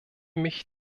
mich